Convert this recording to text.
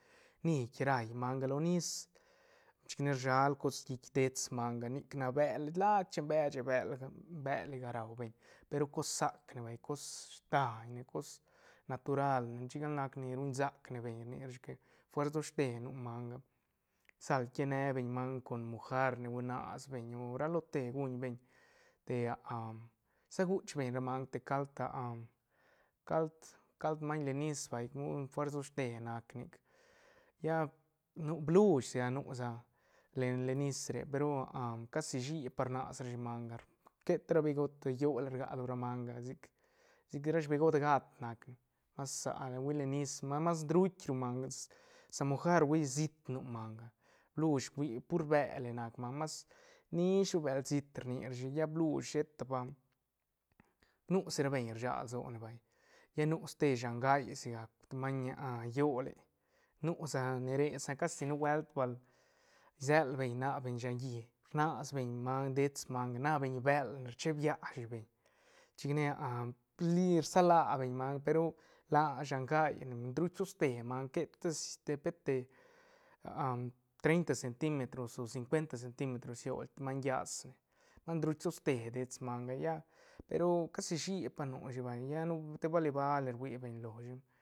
Nií raí manga lo nis chicne rshal cos git dets manga nic nac bel lac chen beshe bel belega rau beñ pe ru cos sac vay cos daiñne cos natural ne chic nac ni ruñ sac ne beñ rni rashi que fuers dosh te nu manga sal kie ne beñ manga con mojar ni huinas beñ o ra lo te guñ beñ te ah a sa guch beñ ra manga de cald cald- cald maiñ le nis vay fuers doshte nac nic lla nu blush sigac nu sa le- len nis re pe ru casi huishi pa rnas rashi manga queta ra bijot rlliol rga ro ra manga sic- sic ra sbijot gat nac ne mas hui len nis ma- mas ndruit ru manga sa mojar hui siit nu manga blush hui pur bele nac manga mas nish ru bel siit rni rashi lla blush sheta pa nu si ra beñ rsag lsone vay lla nu ste shangai sigac maiñ hiole nu sa ne re sa ca si nubuelt bal isel bel nabeñ shan llí rnas beñ manga dets manga na beñ bël rcheeb ya shi beñ chic ne lii rsala beñ manga pe ru la shangaine ndruit tos te manga que ta pet te treita centimetros o cincuenta centimetros siol maiñ llas ne mas druit toste dets manga lla pe ru casi shuipa nu shi vay lla nu te bali- bali rui beñ lo shi.